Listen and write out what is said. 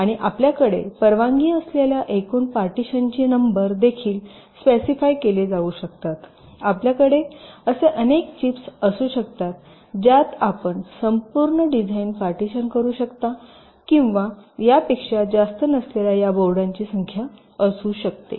आणि आपल्याकडे परवानगी असलेल्या एकूण पार्टीशनची नंबर देखील स्पेसिफाय केली जाऊ शकते आपल्याकडे असे अनेक चिप्स असू शकतात ज्यात आपण संपूर्ण डिझाइन पार्टीशन करू शकता किंवा यापेक्षा जास्त नसलेल्या या बोर्डांची संख्या असू शकते